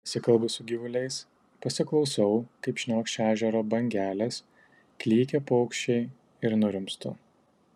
pasikalbu su gyvuliais pasiklausau kaip šniokščia ežero bangelės klykia paukščiai ir nurimstu